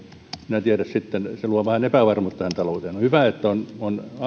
en tiedä sitten se luo vain epävarmuutta tähän talouteen on hyvä että ollaan